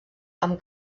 amb